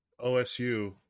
OSU